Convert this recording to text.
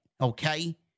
okay